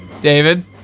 David